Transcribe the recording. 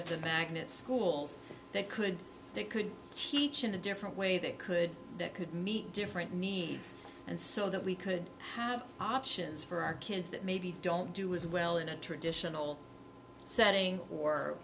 the magnet schools they could they could teach in a different way they could that could meet different needs and so that we could have options for our kids that maybe don't do as well in a traditional setting or